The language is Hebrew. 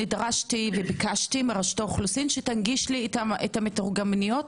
נדרשתי וביקשתי מרשות האוכלוסין שתנגיש לי את המתורגמניות,